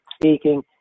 speaking